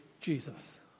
Jesus